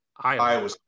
Iowa